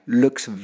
looks